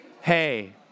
hey